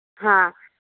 हा